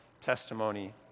Testimony